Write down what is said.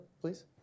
Please